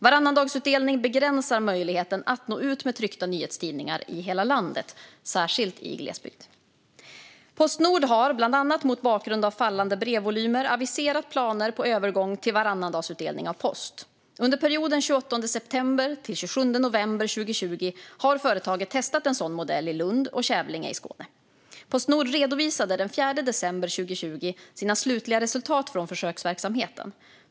Varannandagsutdelning begränsar möjligheten att nå ut med tryckta nyhetstidningar i hela landet, särskilt i glesbygd. Postnord har bland annat mot bakgrund av fallande brevvolymer aviserat planer på övergång till varannandagsutdelning av post. Under perioden den 28 september till den 27 november 2020 har företaget testat en sådan modell i Lund och Kävlinge i Skåne. Postnord redovisade den 4 december 2020 sina slutliga resultat från försöksverksamheten.